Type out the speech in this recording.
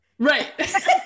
Right